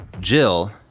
Jill